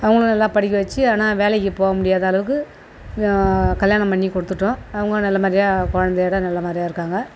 அவங்களும் நல்லா படிக்க வெச்சு ஆனால் வேலைக்கு போக முடியாத அளவுக்கு கல்யாணம் பண்ணிக் கொடுத்துட்டோம் அவங்களும் நல்ல மாதிரியா குழந்தையோட நல்ல மாதிரியா இருக்காங்க